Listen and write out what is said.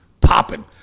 popping